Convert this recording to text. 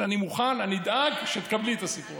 אני מוכן, אני אדאג שתקבלי גם את הסיפור הזה.